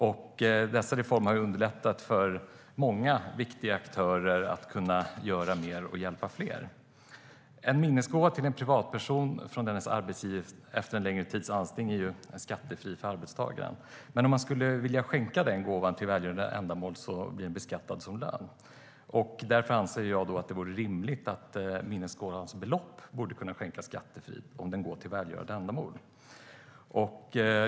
Dessa reformer har underlättat för många viktiga aktörer att kunna göra mer och hjälpa fler. En minnesgåva till en privatperson från dennes arbetsgivare efter en längre tids anställning är skattefri för arbetstagaren. Men om man skulle vilja skänka den gåvan till välgörande ändamål blir den beskattad som lön. Därför anser jag att det vore rimligt att det belopp som minnesgåvan motsvarar borde kunna skänkas skattefritt till välgörande ändamål.